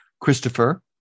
Christopher